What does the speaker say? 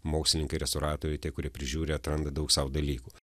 mokslininkai restauratoriai tie kurie prižiūri atranda daug sau dalykų